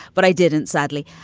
but i didn't, sadly.